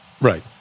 Right